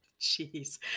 Jeez